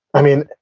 i mean,